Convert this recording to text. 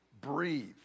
breathe